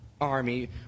army